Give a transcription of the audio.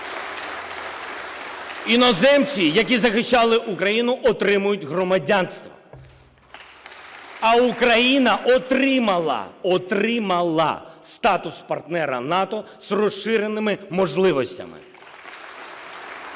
Іноземці, які захищали Україну, отримують громадянство, а Україна отримала – отримала! – статус партнера НАТО з розширеними можливостями.